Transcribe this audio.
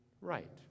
right